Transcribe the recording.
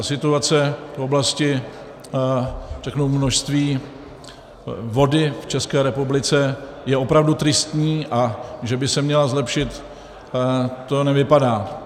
Situace v oblasti, řeknu, množství vody v České republice je opravdu tristní, a že by se měla zlepšit, to nevypadá.